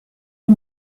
est